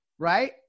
right